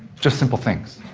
just simple things.